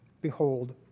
Behold